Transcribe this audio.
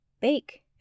bake